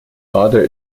garde